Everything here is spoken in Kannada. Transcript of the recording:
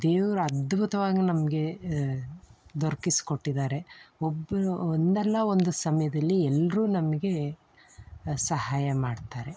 ದೇವ್ರು ಅದ್ಭುತವಾಗಿ ನಮಗೆ ದೊರಕಿಸ್ಕೊಟ್ಟಿದ್ದಾರೆ ಒಬ್ಬ ಒಂದಲ್ಲ ಒಂದು ಸಮಯದಲ್ಲಿ ಎಲ್ರೂ ನಮಗೆ ಸಹಾಯ ಮಾಡ್ತಾರೆ